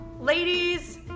ladies